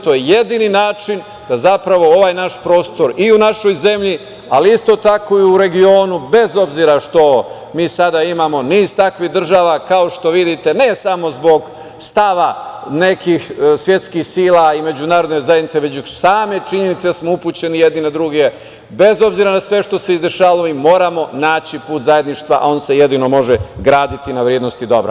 To je jedini način da zapravo ovaj naš prostor i u našoj zemlji, ali isto tako i u regionu bez obzira što mi sada imamo niz takvih država, kao što vidite, ne samo zbog stava nekih svetskih sila i međunarodne zajednice, već zbog same činjenice smo upućeni jedni na druge, bez obzira na sve što se izdešavalo moramo naći put zajedništva, a on se jedino može graditi na vrednosti dobra.